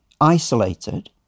isolated